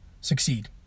succeed